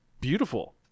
beautiful